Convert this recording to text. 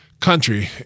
country